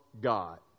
God